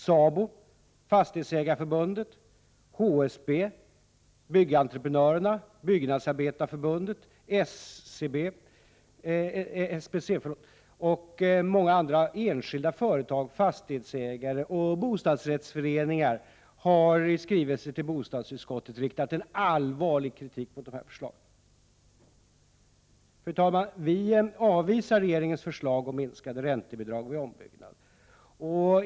SABO, Fastighetsägareförbundet, HSB, Byggentreprenörerna, Byggnadsarbetareförbundet, SBC och en lång rad enskilda företag, fastighetsägare och bostadsrättsföreningar har i skrivelser till bostadsutskottet riktat allvarlig kritik mot förslagen. Fru talman! Vi avvisar regeringens förslag om minskade räntebidrag vid ombyggnad.